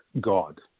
god